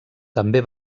també